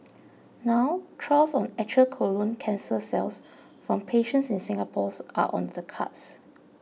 now trials on actual colon cancer cells from patients in Singapore are on the cards